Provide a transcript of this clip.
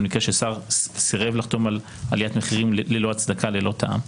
היה מקרה ששר סירב לחתום על עליית מחירים ללא הצדקה וללא טעם.